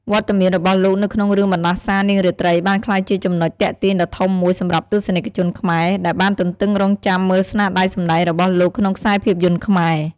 វត្តមានរបស់លោកនៅក្នុងរឿងបណ្ដាសានាងរាត្រីបានក្លាយជាចំណុចទាក់ទាញដ៏ធំមួយសម្រាប់ទស្សនិកជនខ្មែរ ដែលបានទន្ទឹងរង់ចាំមើលស្នាដៃសម្ដែងរបស់លោកក្នុងខ្សែភាពយន្តខ្មែរ ។